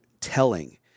telling